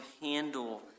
handle